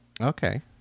Okay